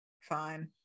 Fine